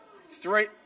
Three